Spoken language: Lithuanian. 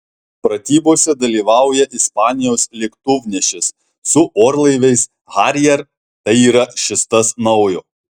pratybose dalyvauja ispanijos lėktuvnešis su orlaiviais harrier tai yra šis tas naujo